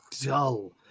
dull